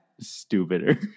stupider